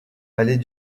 allait